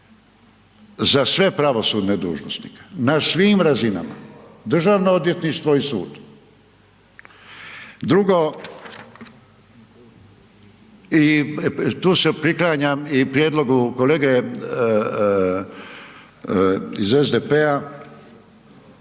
za sve pravosudne dužnosnike, na svim razinama, državno odvjetništvo i sud. Drugo, i tu se priklanjam i prijedlogu kolege iz SDP-a